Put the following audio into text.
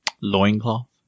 Loincloth